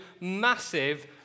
massive